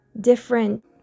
different